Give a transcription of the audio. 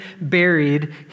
buried